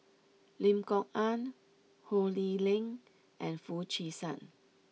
Lim Kok Ann Ho Lee Ling and Foo Chee San